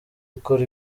ikora